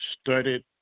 studied